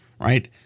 right